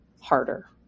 harder